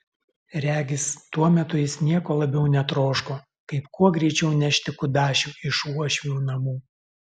regis tuo metu jis nieko labiau netroško kaip kuo greičiau nešti kudašių iš uošvių namų